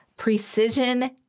Precision